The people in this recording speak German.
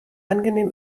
angenehm